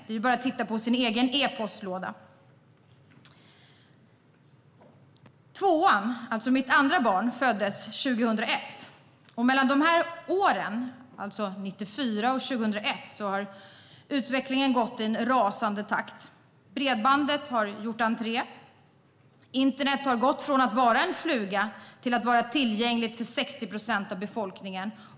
Det är bara att titta på sin egen e-postlåda. Mitt andra barn föddes 2001. Mellan dessa år, 1994 och 2001, har utvecklingen gått i en rasande takt. Bredbandet har gjort entré, och internet har gått från att vara en fluga till att vara tillgängligt för 60 procent av befolkningen.